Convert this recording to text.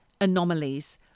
anomalies